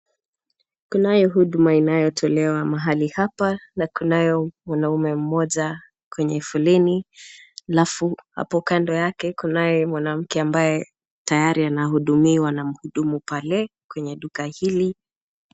Kunayo huduma inayotolewa mahali hapa na kunaye mwanaume mmoja kwenye foleni alafu hapo kando yake kunaye mwanamke ambaye tayari anahudumiwa na mhudumu pale kwenye duka hili.